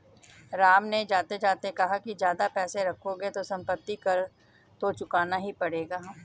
राम ने जाते जाते कहा कि ज्यादा पैसे रखोगे तो सम्पत्ति कर तो चुकाना ही पड़ेगा